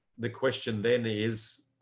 the question then is